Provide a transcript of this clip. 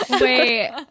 Wait